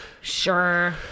Sure